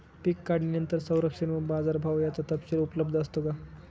पीक काढणीनंतर संरक्षण व बाजारभाव याचा तपशील उपलब्ध असतो का?